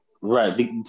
Right